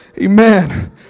Amen